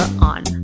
on